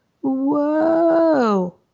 Whoa